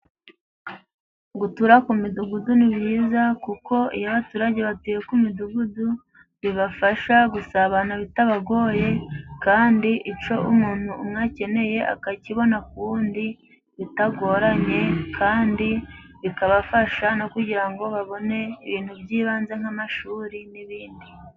Gutura ku midugudu ni byiza, kuko iyo abaturage batuye ku midugudu bibafasha gusabana bitabagoye, kandi icyo umuntu umwe akeneye akakibona ku wundi bitagoranye, kandi bikabafasha no kugira ngo babone ibintu by'ibanze nk'amashuri n'ibindi.